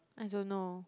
I don't know